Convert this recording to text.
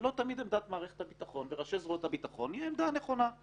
ולא תמיד עמדת מערכת הביטחון וראשי זרועות הביטחון היא עמדה נכונה.